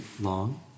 long